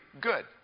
good